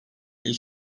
ilk